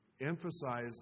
emphasize